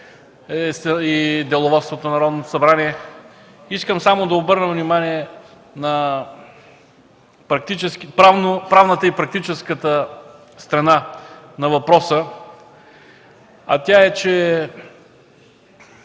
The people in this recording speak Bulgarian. в Деловодството на Народното събрание. Искам само да обърна внимание на правната и практическата страна на въпроса, а тя е, че